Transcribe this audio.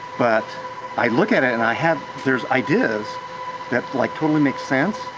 but i look at it and i have, there's ideas that like totally make sense.